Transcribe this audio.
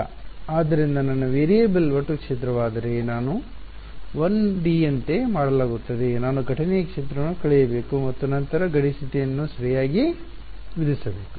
ಆದ್ದರಿಂದ ನನ್ನ ವೇರಿಯಬಲ್ ಒಟ್ಟು ಕ್ಷೇತ್ರವಾಗಿದ್ದರೆ ನಾವು 1 ಡಿ ಯಂತೆ ಮಾಡಲಾಗುತ್ತದೆ ನಾನು ಘಟನೆಯ ಕ್ಷೇತ್ರವನ್ನು ಕಳೆಯಬೇಕು ಮತ್ತು ನಂತರ ಗಡಿ ಸ್ಥಿತಿಯನ್ನು ಸರಿಯಾಗಿ ವಿಧಿಸಬೇಕು